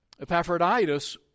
Epaphroditus